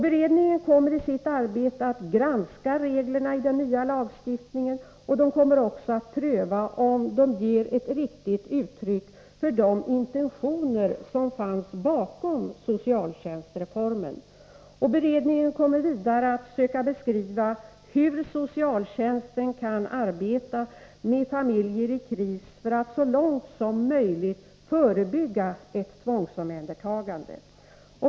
Beredningen kommer i sitt arbete att granska reglerna i den nya lagstiftningen, och den kommer också att pröva om reglerna ger ett riktigt uttryck för de intentioner som fanns bakom socialtjänstreformen. Beredningen kommer vidare att söka beskriva hur socialtjänsten kan arbeta med familjer i kris för att så långt som möjligt förebygga ett tvångsomhändertagande.